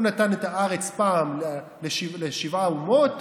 הוא נתן את הארץ פעם לשבע אומות